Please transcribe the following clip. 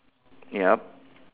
yup